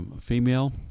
female